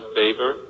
favor